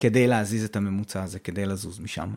כדי להזיז את הממוצע הזה, כדי לזוז משם.